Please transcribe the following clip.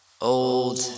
old